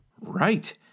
Right